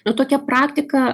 nu tokia praktika